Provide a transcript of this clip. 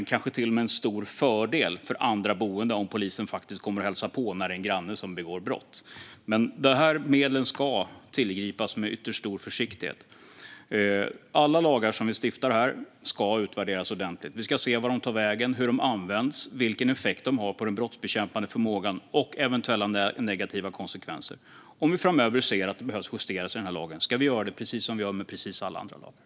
Det kanske till och med är en stor fördel för andra boende om polisen faktiskt kommer och hälsar på när en granne begår brott. Men dessa medel ska tillgripas med ytterst stor försiktighet. Alla lagar som vi stiftar här ska utvärderas ordentligt. Vi ska se vart de tar vägen, hur de används, vilken effekt de har på den brottsbekämpande förmågan och eventuella negativa konsekvenser. Om vi framöver ser att det behöver justeras i lagen ska vi göra det precis som vi gör med alla andra lagar.